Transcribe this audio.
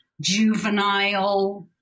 juvenile